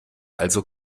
also